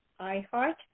iHeart